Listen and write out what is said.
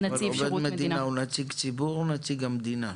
עובד מדינה הוא נציג ציבור או נציג המדינה?